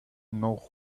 know